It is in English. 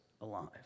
alive